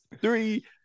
three